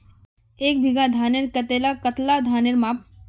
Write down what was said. एक बीघा धानेर करले कतला धानेर पाम?